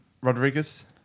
Rodriguez